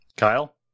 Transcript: Kyle